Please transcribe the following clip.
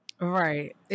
Right